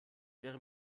wäre